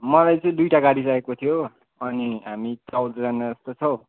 मलाई चाहिँ दुइवटा गाडी चाहिएको थियो अनि हामी चौधजना जस्तो छ हौ